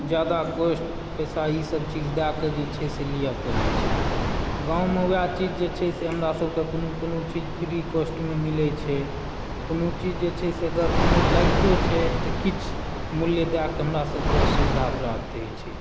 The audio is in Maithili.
ज्यादा कोस्ट पैसा ईसभ चीज दएकऽ जे छै से लिअ पड़ैत छै गाँवमऽ वएह चीज जे छै से हमरा सभकेँ कोनो कोनो चीज फ्री कॉस्टमऽ मिलैत छै कोनो चीज जे छै से अगर कोनो लागितो छै तऽ किछु मूल्य दएकऽ हमरा सभकऽ ओ सुविधा प्राप्त होइ छै